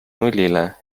nullile